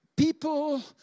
People